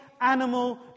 animal